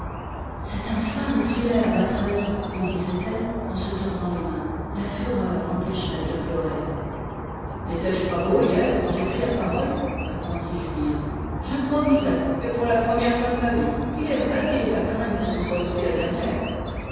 cet infâme frilair m'a trahie lui disait-elle en se tordant les mains la fureur l'empêchait de pleurer n'étais-je pas beau hier quand j'ai pris la parole répondit julien j'improvisais et pour la première fois de ma vie il est vrai qu'il est à craindre que ce ne soit aussi la dernière